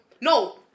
No